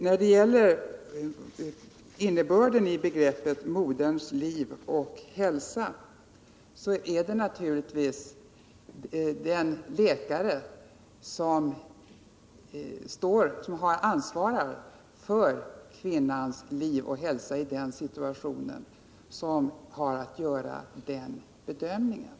Vad beträffar innebörden av begreppet ”moderns liv och hälsa” är det naturligtvis den ansvarige läkaren som i varje enskild situation har att göra bedömningen om det föreligger fara för moderns liv och hälsa.